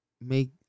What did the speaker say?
make